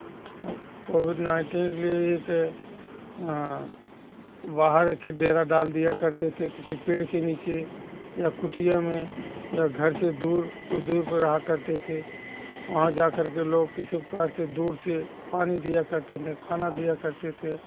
Covid nineteen के लिए के बाहर एक डेरा डाल दिया करते थे किसी पेड़ के नीचे या कुटिया में या घर से दूर कुछ दूर पर रहा करते थे वहाँ जाकर के लोग किसी प्रकार से दूर से पानी दिया करते थे खाना दिया करते थे